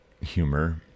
humor